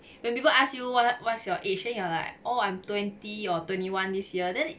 when people ask you what what's your age then you are like oh I'm twenty or twenty one this year then